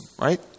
right